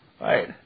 Right